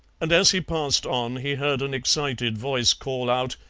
and as he passed on he heard an excited voice call out,